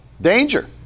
Danger